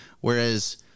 Whereas